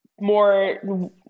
more